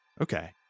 Okay